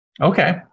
Okay